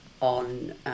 on